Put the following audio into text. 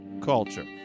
culture